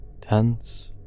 Tense